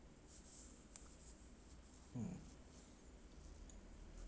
mm